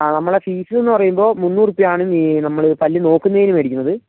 ആ നമ്മളുടെ ഫീസ് എന്ന് പറയുമ്പോൾ മുന്നൂറ് രൂപയാണ് നമ്മൾ പല്ല് നോക്കുന്നതിന് മേടിക്കുന്നത്